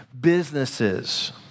Businesses